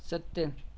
सत्य